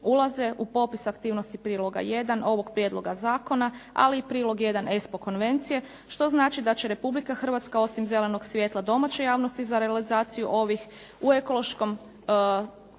ulaze u popis aktivnosti priloga I. ovoga ovog prijedloga zakona ali i prilog I. ESPO konvencije što znači da će Republika Hrvatska osim zelenog svjetla domaće javnosti za realizaciju ovih u ekološkom